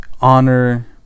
honor